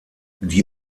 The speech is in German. die